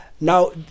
Now